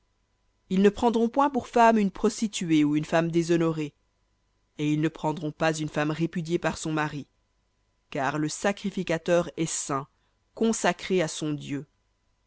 ils ne prendront point pour femme une prostituée ou une femme déshonorée et ils ne prendront pas une femme répudiée par son mari car le sacrificateur est saint à son dieu